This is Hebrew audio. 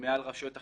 עילת סגירה.